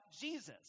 jesus